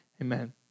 Amen